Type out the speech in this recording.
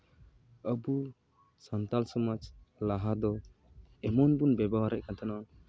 ᱟᱹᱵᱩ ᱥᱟᱱᱛᱟᱲ ᱥᱚᱢᱟᱡᱽ ᱞᱟᱦᱟ ᱫᱚ ᱮᱢᱚᱱ ᱵᱚᱱ ᱵᱮᱵᱚᱦᱟᱨᱮᱫ ᱠᱟᱱ ᱛᱟᱦᱮᱱᱟ